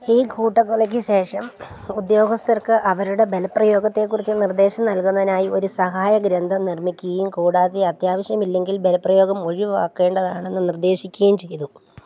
ഈ കൂട്ടക്കൊലയ്ക്ക് ശേഷം ഉദ്യോഗസ്ഥർക്ക് അവരുടെ ബലപ്രയോഗത്തെക്കുറിച്ച് നിർദ്ദേശം നൽകുന്നതിനായി ഒരു സഹായഗ്രന്ഥം നിർമ്മിക്കുകയും കൂടാതെ അത്യാവശ്യമില്ലെങ്കിൽ ബലപ്രയോഗം ഒഴിവാക്കേണ്ടതാണെന്ന് നിര്ദ്ദേശിക്കുകയും ചെയ്തു